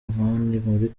muri